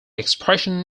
expression